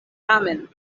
tamen